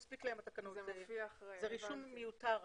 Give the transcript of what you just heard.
בהמשך, בעמוד 16